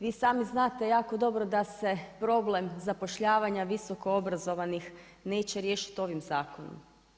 Vi sami znate, jako dobro, da se problem zapošljavanja visoko obrazovanih neće riješiti ovim zakonom.